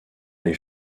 les